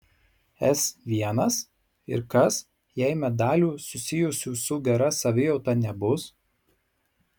s l ir kas jei medalių susijusių su gera savijauta nebus